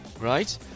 Right